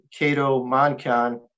CatoMonCon